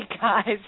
guys